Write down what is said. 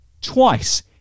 twice